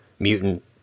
mutant